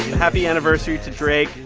happy anniversary to drake.